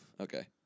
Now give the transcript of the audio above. Okay